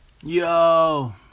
yo